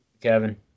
Kevin